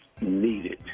needed